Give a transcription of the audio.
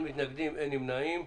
אין מתנגדים, אין נמנעים,